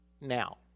now